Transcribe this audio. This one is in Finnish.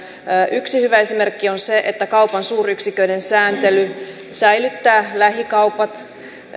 yksi hyvä esimerkki on se että kaupan suuryksiköiden sääntely säilyttää lähikaupat